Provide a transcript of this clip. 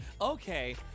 Okay